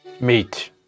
meet